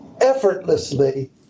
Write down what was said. effortlessly